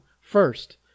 first